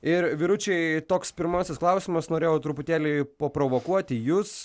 ir vyručiai toks pirmasis klausimas norėjau truputėlį paprovokuoti jus